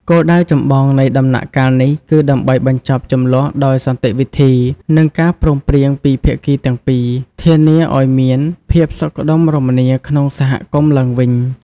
គោលដៅចម្បងនៃដំណាក់កាលនេះគឺដើម្បីបញ្ចប់ជម្លោះដោយសន្តិវិធី និងការព្រមព្រៀងពីភាគីទាំងពីរ ធានាឲ្យមានភាពសុខដុមរមនាក្នុងសហគមន៍ឡើងវិញ។